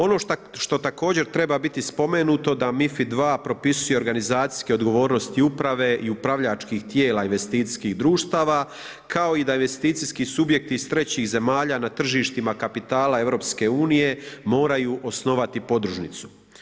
Ono što također treba biti spomenuto da MiFID II propisuje organizacijske odgovornosti uprave i upravljačkih tijela investicijskih društava kao i da investicijski subjekti iz trećih zemalja na tržištima kapitala EU-a moraju osnivati podružnicu.